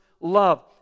love